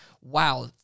wow